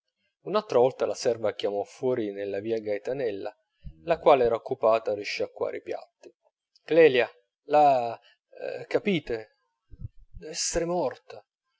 un'altra volta la serva chiamò fuori nella via gaetanella la quale era occupata a riasciacquare i piatti clelia la capite dev'esser morta